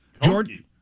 George